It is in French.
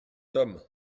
homme